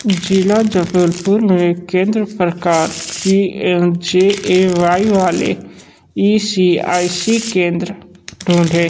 जिला जबलपुर में केंद्र प्रकार P M J A Y वाले ई एस आई सी केंद्र ढूँढें